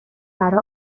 برا